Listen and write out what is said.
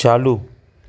चालू